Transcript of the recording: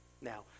Now